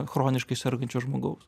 chroniškai sergančio žmogaus